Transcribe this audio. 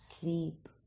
sleep